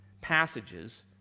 passages